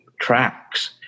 tracks